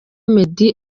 meddy